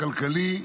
הכלכלי.